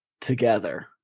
together